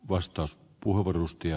herra puhemies